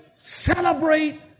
Celebrate